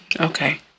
Okay